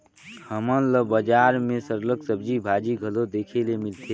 हमन ल बजार मन में सरलग सब्जी भाजी घलो देखे ले मिलथे